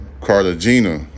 Cartagena